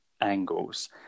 angles